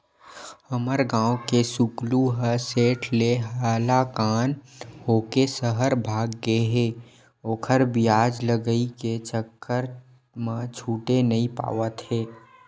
हमर गांव के सुकलू ह सेठ ले हलाकान होके सहर भाग गे हे ओखर बियाज लगई के चक्कर म छूटे नइ पावत हे